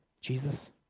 Jesus